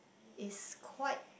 is quite